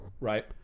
Right